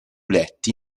letti